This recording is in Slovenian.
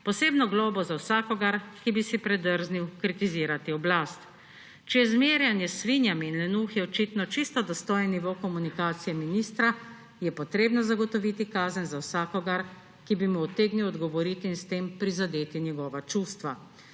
posebno globo za vsakogar, ki bi si predrznil kritizirati oblast. Če je zmerjanje s svinjami in lenuhi očitno čisto dostojni nivo komunikacije ministra, je treba zagotoviti kazen za vsakogar, ki bi mu utegnil odgovoriti in s tem prizadeti njegova čustva.